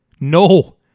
No